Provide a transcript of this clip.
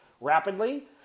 rapidly